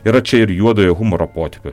yra čia ir juodojo humoro potėpių